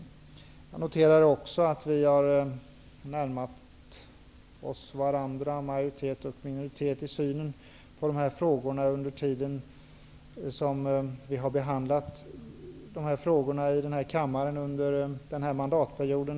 Jag noterar vidare att vi, majoritet och minoritet, har närmat oss varandra i synen på dessa frågor under tiden som vi har behandlat dem i denna kammare under den här mandatperioden.